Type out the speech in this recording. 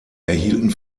erhielten